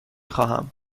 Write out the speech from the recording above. خواهم